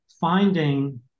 finding